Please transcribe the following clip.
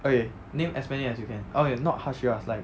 okay name as many as you can okay not hashiras like